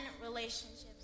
relationships